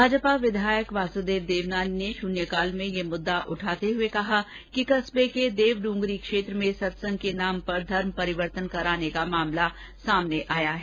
भाजपा विधायक वासुदेव दवनानी ने शून्यकाल में यह मुद्दा उठाते हुए कहा कि कस्बे के देवडूंगरी क्षेत्र में सत्संग के नाम पर धर्म परिवर्तन कराने का मामला सामने आया है